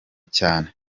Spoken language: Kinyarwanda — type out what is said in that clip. cyane